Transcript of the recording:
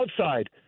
outside